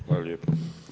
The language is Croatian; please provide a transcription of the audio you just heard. Hvala lijepo.